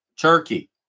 Turkey